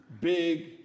Big